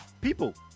people